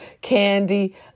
Candy